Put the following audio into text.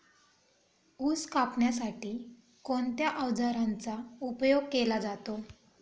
ऊस कापण्यासाठी कोणत्या अवजारांचा उपयोग केला जातो?